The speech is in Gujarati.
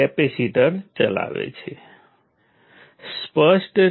હવે એલિમેન્ટને આપવામાં આવતી ઉર્જાનો વિચાર કરીએ